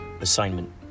assignment